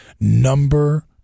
Number